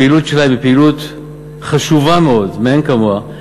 הפעילות שלהם היא פעילות חשובה מאוד, מאין כמוה.